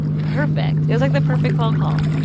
perfect. it was, like, the perfect phone call.